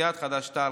סיעת חד"ש-תע"ל,